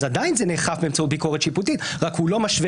אז עדיין זה נאכף באמצעות ביקורת שיפוטית אלא שהוא לא משווה